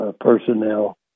personnel